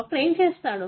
doctor ఏమి చేస్తాడు